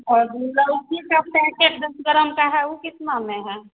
और लौकी का पैकेट दस ग्राम का है वो कितना में है